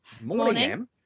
morning